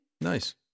Nice